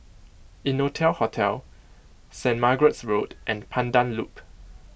Innotel Hotel Saint Margaret's Road and Pandan Loop